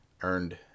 earned